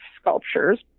sculptures